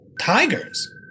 Tigers